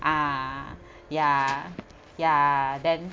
ah ya ya ya then